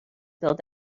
build